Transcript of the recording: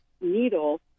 needle